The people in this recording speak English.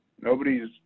nobody's